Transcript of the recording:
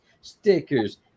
stickers